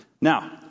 Now